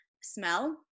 smell